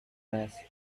less